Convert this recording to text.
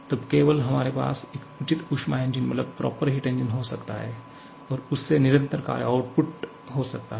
तब केवल हमारे पास एक उचित ऊष्मा इंजन हो सकता है और उससे निरंतर कार्य आउटपुट हो सकता है